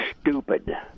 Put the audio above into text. stupid